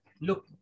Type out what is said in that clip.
look